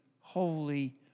holy